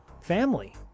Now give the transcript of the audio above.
family